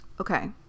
Okay